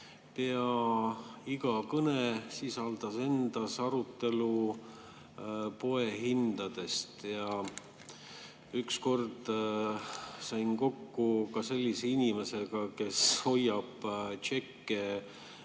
pea iga vestlus sisaldas arutelu poehindadest. Ükskord sain kokku ka sellise inimesega, kes hoiab tšekke